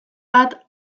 bat